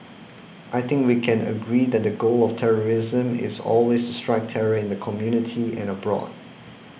I think we can agree that the goal of terrorism is always to strike terror in the community and abroad